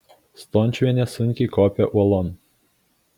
stončiuvienė sunkiai kopė uolon